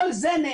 כל זה,